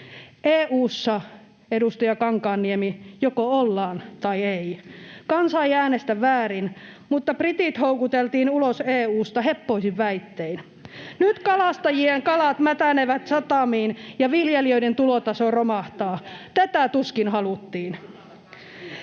EU:ssa, edustaja Kankaanniemi, joko ollaan tai ei. Kansa ei äänestä väärin, mutta britit houkuteltiin ulos EU:sta heppoisin väittein. Nyt kalastajien kalat mätänevät satamiin ja viljelijöiden tulotaso romahtaa. Tätä tuskin haluttiin.